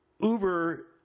Uber